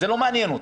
זה לא מעניין אותי,